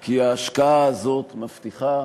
כי ההשקעה הזאת מבטיחה